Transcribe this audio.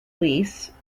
lease